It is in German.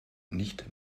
nicht